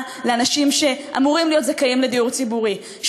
לאנשים שאמורים להיות זכאים לדיור ציבורי,